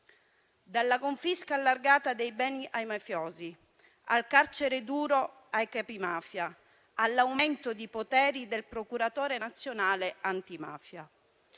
dalla confisca allargata dei beni ai mafiosi al carcere duro per i capimafia, all'aumento dei poteri del procuratore nazionale antimafia